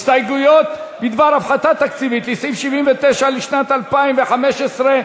הסתייגויות בדבר הפחתה תקציבית לסעיף 79 לשנת 2015,